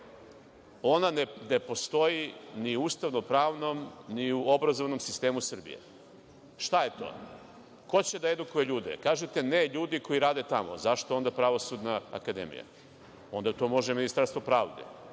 ona ne postoji ni u ustavno-pravnom, ni u obrazovnom sistemu Srbije. Šta je to? Ko će da edukuje ljude? Kažete, ne, ljudi koji rade tamo. Zašto onda Pravosudna akademija? Onda to može Ministarstvo pravde